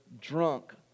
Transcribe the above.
drunk